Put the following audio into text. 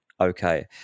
Okay